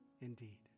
indeed